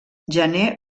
gener